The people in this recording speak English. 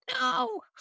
no